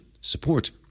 support